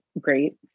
great